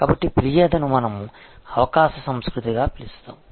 కాబట్టి ఫిర్యాదును మనము అవకాశ సంస్కృతిగా పిలుస్తాము